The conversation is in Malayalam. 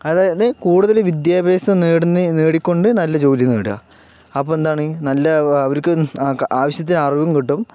അതായത് കൂടുതൽ വിദ്യാഭ്യാസം നേടുന്ന നേടിക്കൊണ്ട് നല്ല ജോലി നേടുക അപ്പോൾ എന്താണ് നല്ല അവർക്ക് ആവിശ്യത്തിന് അറിവും കിട്ടും